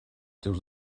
teus